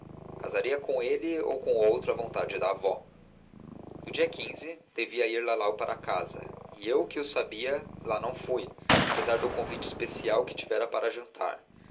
casaria com ele ou com outro à vontade da avó no dia devia ir lalau para a casa e eu que o sabia lá não fui apesar do convite especial que tivera para jantar